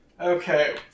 Okay